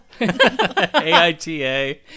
AITA